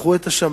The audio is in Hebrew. תפתחו את השמים,